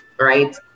right